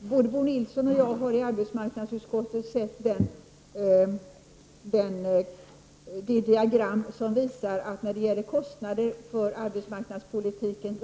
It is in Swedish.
Både Bo Nilsson och jag har i arbetsmarknadsutskottet sett det diagram som visar att Sverige beträffande de samlade kostnaderna för arbetsmarknadspolitiken